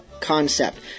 concept